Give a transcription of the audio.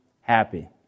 happy